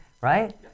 right